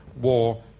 war